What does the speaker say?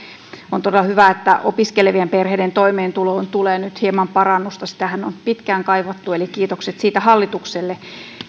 on todella hyvä että opiskelevien perheiden toimeentuloon tulee nyt hieman parannusta sitähän on pitkään kaivattu eli kiitokset siitä hallitukselle